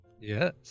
Yes